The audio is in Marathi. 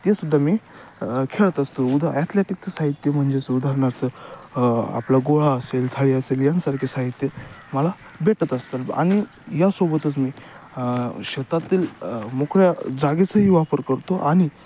ते सुद्धा मी खेळत असतो उदा ॲथलॅटिकचं साहित्य म्हणजेच उदाहरणार्थ आपलं गोळा असेल थाळी असेल यांसारखे साहित्य मला भेटत असतं आणि यासोबतच मी शेतातील मोकळ्या जागेचाही वापर करतो आणि